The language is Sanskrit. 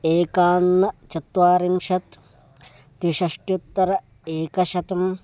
एकोनचत्वारिंशत् त्रिषष्ट्युत्तर एकशतम्